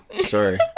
Sorry